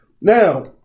Now